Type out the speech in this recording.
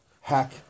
hack